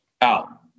out